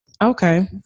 Okay